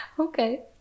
Okay